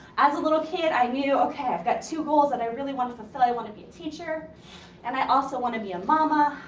as little kid, i knew okay i've got two goals that i really want to fulfill. i want to be a teacher and i also want to be a mama.